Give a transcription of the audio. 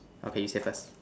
okay you say first